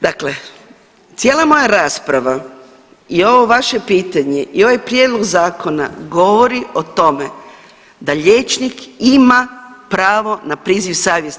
Dakle, cijela moja rasprava i ovo vaše pitanje i ovaj prijedlog zakona govori o tome da liječnik ima pravo na priziv savjesti.